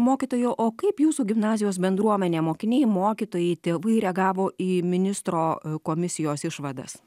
mokytojau o kaip jūsų gimnazijos bendruomenė mokiniai mokytojai tėvai reagavo į ministro komisijos išvadas